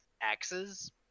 axes